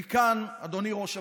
ומכאן, אדוני ראש הממשלה,